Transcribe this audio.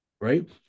Right